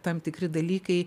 tam tikri dalykai